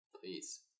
please